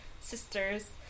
sisters